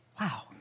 Wow